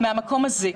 מהמקום הזה,